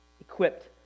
equipped